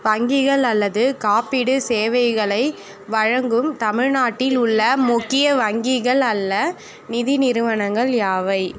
வங்கிகள் அல்லது காப்பீடு சேவைகளை வழங்கும் தமிழ்நாட்டில் உள்ள முக்கிய வங்கிகள் அல்லது நிதி நிறுவனங்கள் யாவை